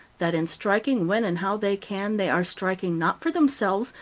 that in striking when and how they can, they are striking, not for themselves,